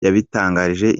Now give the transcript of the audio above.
yabitangarije